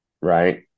Right